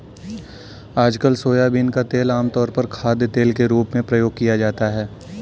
आजकल सोयाबीन का तेल आमतौर पर खाद्यतेल के रूप में प्रयोग किया जाता है